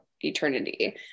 eternity